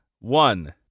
one